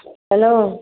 hello